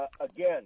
Again